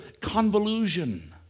convolution